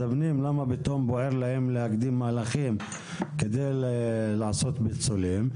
הפנים: למה פתאום בוער להם להקדים מהלכים כדי לעשות פיצולים.